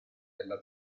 della